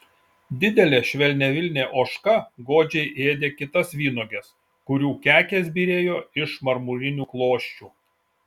didelė švelniavilnė ožka godžiai ėdė kitas vynuoges kurių kekės byrėjo iš marmurinių klosčių